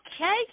Okay